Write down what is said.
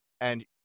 and-